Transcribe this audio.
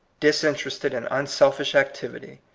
disinterested and unself ish activity,